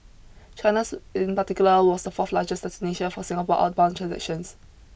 China's in particular was the fourth largest destination for Singapore outbound transactions